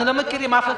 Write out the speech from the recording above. אנחנו לא מכירים את זה.